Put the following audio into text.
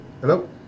Hello